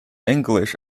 english